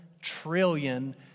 trillion